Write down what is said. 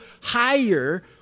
higher